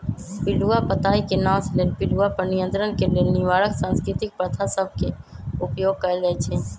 पिलूआ पताई के नाश लेल पिलुआ पर नियंत्रण के लेल निवारक सांस्कृतिक प्रथा सभ के उपयोग कएल जाइ छइ